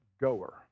goer